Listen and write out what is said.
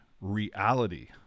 reality